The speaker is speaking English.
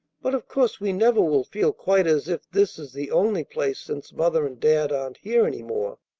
but of course we never will feel quite as if this is the only place since mother and dad aren't here any more.